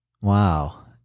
Wow